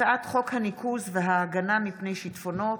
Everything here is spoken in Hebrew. הצעת חוק הניקוז וההגנה מפני שיטפונות